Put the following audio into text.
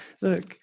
look